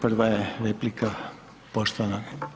Prva je replika poštovanog.